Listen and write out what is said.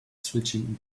switching